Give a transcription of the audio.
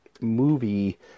movie